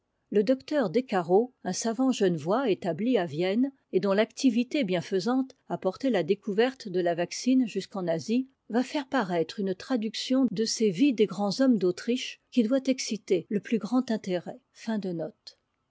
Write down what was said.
le docteur decarro un savant genevois établi à vienne et dont l'activité bienfaisante a porté la découverte de la vaccine jusqu'en asie va faire paraitre une traduction de ces vies des grands hommes d'autriche qui doit exciter le plus grand intérêt